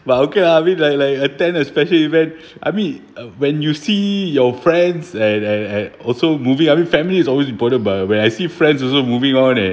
but okay lah I mean like like a ten especially when I mean when you see your friends and and and also moving I mean family is always important but when I see friends also moving on and